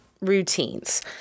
Routines